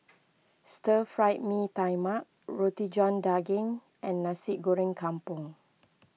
Stir Fried Mee Tai Mak Roti John Daging and Nasi Goreng Kampung